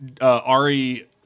Ari